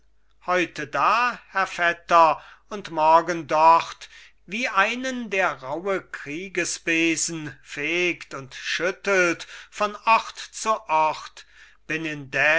heute da herr vetter und morgen dort wie einen der rauhe kriegesbesen fegt und schüttelt von ort zu ort